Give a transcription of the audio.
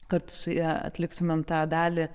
kartu su ja atliktumėm tą dalį